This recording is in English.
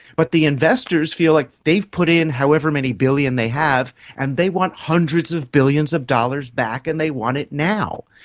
but the investors feel like they've put in however many billion they have and they want hundreds of billions of dollars back and they want it now.